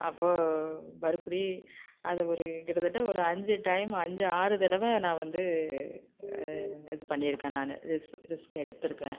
அப்போது மறுபடி அதை ஒரு கிட்டத்தட்ட ஒரு அஞ்சு டைம் அஞ்சு ஆறு தடவை நான் வந்து இது பண்ணியிருக்கேன் நான் ரீஸ் ரிஸ்க் எடுத்திருக்கேன்